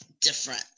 different